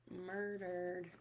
murdered